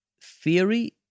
theory